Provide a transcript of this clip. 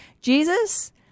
Jesus